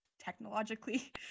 technologically